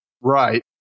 Right